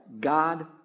God